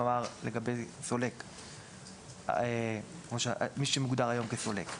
כלומר, לגבי סולק, מי שמוגדר היום כסולק.